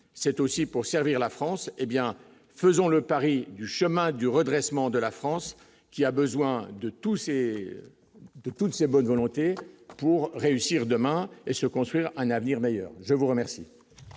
c'est aussi pour servir la France, hé bien, faisons le pari du chemin du redressement de la France qui a besoin de tous et toutes ces bonnes volontés pour réussir demain et se construire un avenir meilleur, je vous remercie.